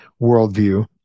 worldview